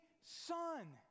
son